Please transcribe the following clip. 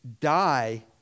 die